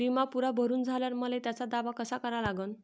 बिमा पुरा भरून झाल्यावर मले त्याचा दावा कसा करा लागन?